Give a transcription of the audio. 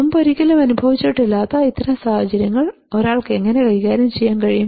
മുമ്പൊരിക്കലും അനുഭവിച്ചിട്ടില്ലാത്ത ഇത്തരം സാഹചര്യങ്ങൾ ഒരാൾക്ക് എങ്ങനെ കൈകാര്യം ചെയ്യാൻ കഴിയും